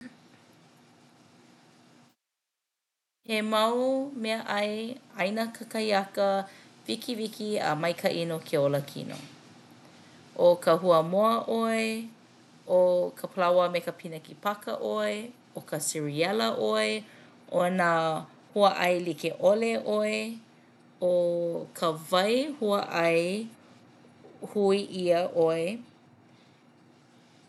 He mau meaʻai ʻaina kakahiaka wikiwiki a maikaʻi no ke ola kino. ʻO ka huamoa ʻoe, ʻo ka palaoa me ka pīneki paka ʻoe, ʻo ka seriela ʻoe, ʻo nā huaʻai like ʻole ʻoe, ʻo ka wai huaʻai hui ʻia ʻoe.